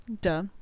Duh